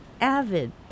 avid